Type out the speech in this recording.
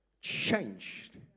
changed